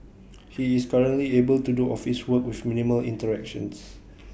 he is currently able to do office work with minimal interactions